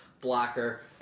blocker